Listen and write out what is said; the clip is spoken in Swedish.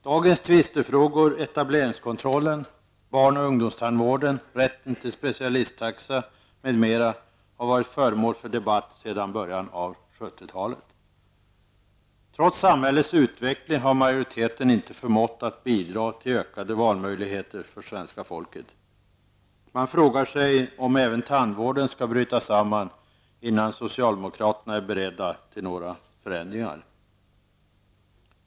Dagens tvistefrågor -- etableringskontrollen, barnoch ungdomstandvården, rätten till specialisttaxa m.m. -- har varit föremål för debatt sedan början av 70-talet. Trots samhällets utveckling har majoriteten inte förmått att bidra till ökade valmöjligheter för svenska folket. Man frågar sig om även tandvården skall bryta samman innan socialdemokraterna är beredda till några förändringar.